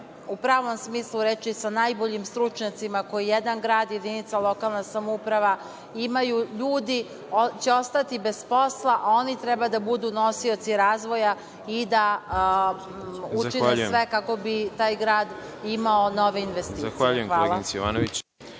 u pravom smislu reči, sa najboljim stručnjacima koji jedan grad i jedinica lokalne samouprave imaju, ljudi će ostati bez posla, a oni treba da budu nosioci razvoja i da učine sve kako bi taj grad imao nove investicije. Hvala. **Đorđe Milićević**